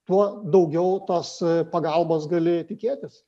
tuo daugiau tos pagalbos gali tikėtis